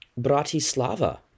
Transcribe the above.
Bratislava